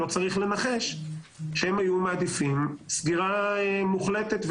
שהם היו מעדיפים סגירה מוחלטת.